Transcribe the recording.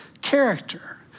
character